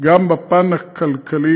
גם בפן הכלכלי,